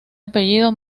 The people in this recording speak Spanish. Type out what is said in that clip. apellido